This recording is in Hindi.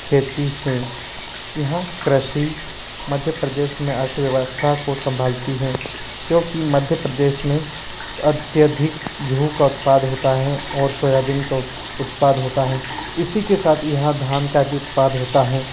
खेती है यहाँ कृषि मध्य प्रदेश में अर्थव्यवस्था को संभालती है क्योंकि मध्य प्रदेश में अत्यधिक गेहूँ का उत्पाद होता है और सोयाबीन का उत उत्पाद होता है इसी के साथ यहाँ धान का भी उत्पाद होता है